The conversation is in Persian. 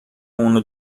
اونو